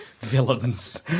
villains